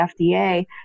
FDA